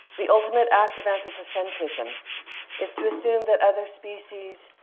the ultimate act of anthropocentrism is to assume that other species